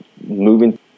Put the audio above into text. moving